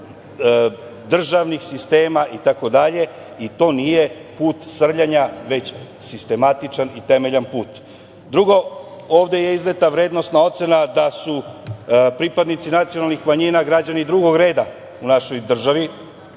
državnih sistema itd. i to nije put srljanja, već sistematičan i temeljan put. Drugo, ovde je izneta vrednosna ocena da su pripadnici nacionalnih manjina građani drugog reda u našoj državi